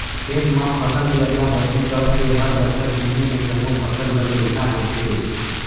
खेत म फसल के अदला बदली करके हर बछर बुने में जमो फसल हर बड़िहा होथे